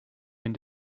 been